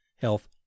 health